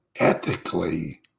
ethically